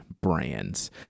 brands